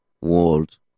world